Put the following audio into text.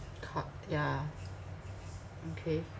ca~ yeah okay